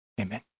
amen